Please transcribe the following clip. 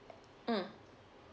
mm